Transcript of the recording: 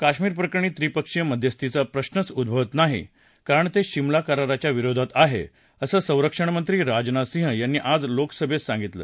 काश्मिर प्रकरणी त्रिपक्षीय मध्यस्थीचा प्रश्नच उद्भवत नाही कारण ते शिमला कराराच्या विरोधात आहे असं संरक्षणमंत्री राजनाथ सिंह यांनी आज लोकसभेत सांगितलं